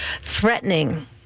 threatening